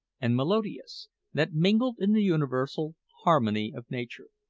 and melodious that mingled in the universal harmony of nature.